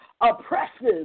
oppresses